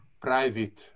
private